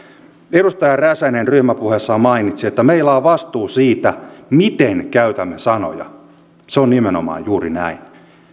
edustaja räsänen ryhmäpuheessaan mainitsi että meillä on vastuu siitä miten käytämme sanoja se on nimenomaan juuri näin